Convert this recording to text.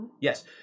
Yes